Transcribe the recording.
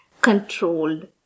controlled